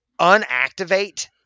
unactivate